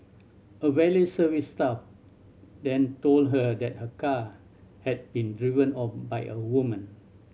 a valet service staff then told her that her car had been driven off by a woman